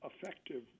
effective